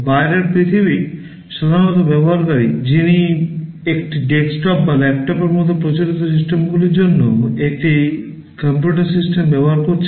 বাইরের পৃথিবী সাধারণত ব্যবহারকারী যিনি একটি ডেস্কটপ বা ল্যাপটপের মতো প্রচলিত সিস্টেমগুলির জন্য একটি কম্পিউটার সিস্টেম ব্যবহার করছেন